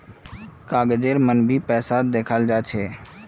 कागजेर मन भी पैसाक दखाल जा छे